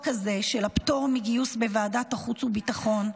הזה של הפטור מגיוס בוועדת חוץ וביטחון.